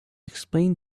explain